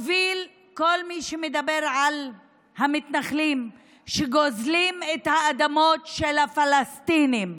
כל מי שמדבר על המתנחלים שגוזלים את האדמות של הפלסטינים,